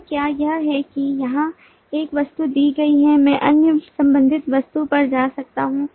अब क्या यह है कि यहां एक वस्तु दी गई है मैं अन्य संबंधित वस्तु पर जा सकता हूं